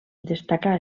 destacà